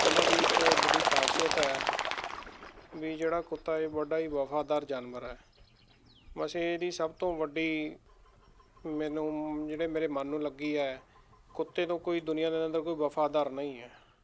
ਉਹਨਾਂ ਦੀ ਇੱਕ ਵੱਡੀ ਖਾਸੀਅਤ ਹੈ ਵੀ ਜਿਹੜਾ ਕੁੱਤਾ ਇਹ ਵੱਡਾ ਹੀ ਵਫਾਦਾਰ ਜਾਨਵਰ ਹੈ ਬਸ ਇਹ ਇਹਦੀ ਸਭ ਤੋਂ ਵੱਡੀ ਮੈਨੂੰ ਜਿਹੜੇ ਮੇਰੇ ਮਨ ਨੂੰ ਲੱਗੀ ਹੈ ਕੁੱਤੇ ਤੋਂ ਕੋਈ ਦੁਨੀਆਂ ਦੇ ਅੰਦਰ ਕੋਈ ਵਫਾਦਾਰ ਨਹੀਂ ਹੈ